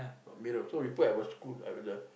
mirror so we put at our school like the